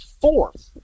fourth